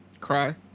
Cry